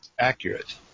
accurate